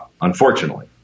unfortunately